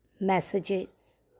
messages